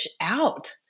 out